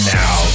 now